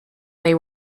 they